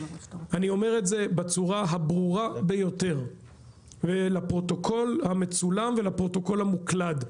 אני אומר את זה בצורה הברורה ביותר לפרוטוקול המצולם ולפרוטוקול המוקלד: